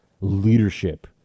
leadership